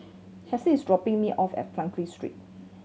Halsey is dropping me off at Frankel Street